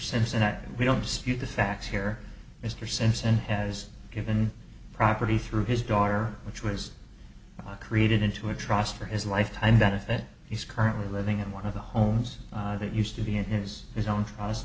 simpson that we don't dispute the facts here mr simpson has given property through his daughter which was created into a trust for his life and benefit he's currently living in one of the homes that used to be in his his own